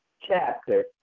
chapter